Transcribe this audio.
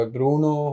Bruno